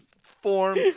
form